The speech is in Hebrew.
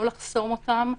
לא לחסום אותם.